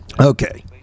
Okay